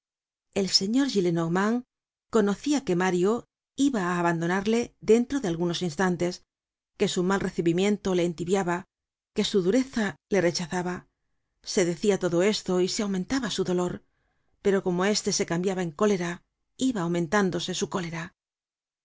el señor gillenormand conocia que mario iba á abandonarle dentro de algunos instantes que su mal recibimiento le entibiaba que su dureza le rechazaba se decia todo esto y se aumentaba su dolor pero como este se cambiaba en cólera iba aumentándose su cólera hubiera